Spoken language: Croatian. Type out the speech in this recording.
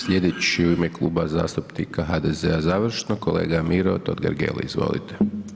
Sljedeći u ime Kluba zastupnika HDZ-a završno, kolega Miro Totgergeli, izvolite.